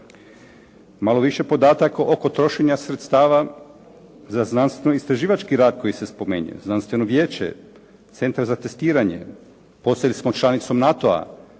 Malo više podataka oko trošenja sredstava za znanstveno-istraživački rad koji se spominje. Znanstveno vijeće, Centar za testiranje, postali smo članicom NATO-a.